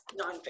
Nonfiction